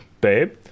Babe